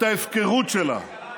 את ההפקרות שלה.